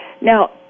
Now